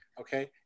Okay